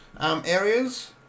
areas